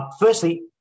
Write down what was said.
firstly